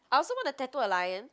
I also want to tattoo a lion